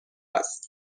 است